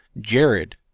Jared